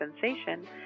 sensation